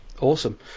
Awesome